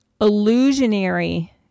illusionary